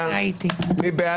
מי נגד?